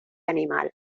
animal